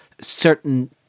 certain